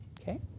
Okay